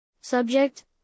Subject